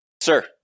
sir